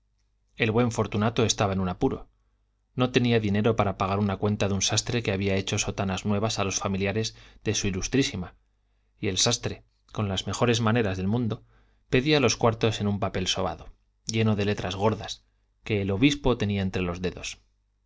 el buen fortunato estaba en un apuro no tenía dinero para pagar una cuenta de un sastre que había hecho sotanas nuevas a los familiares de s i y el sastre con las mejores maneras del mundo pedía los cuartos en un papel sobado lleno de letras gordas que el obispo tenía entre los dedos